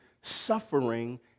suffering